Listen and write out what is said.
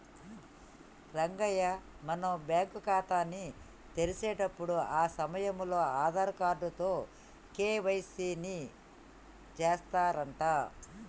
రంగయ్య మనం బ్యాంకు ఖాతాని తెరిచేటప్పుడు ఆ సమయంలో ఆధార్ కార్డు తో కే.వై.సి ని సెత్తారంట